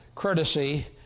Courtesy